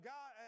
God